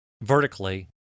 vertically